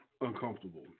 uncomfortable